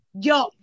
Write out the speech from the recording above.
yo